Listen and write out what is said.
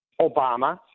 Obama